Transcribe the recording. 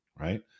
right